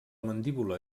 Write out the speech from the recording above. mandíbula